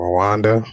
Rwanda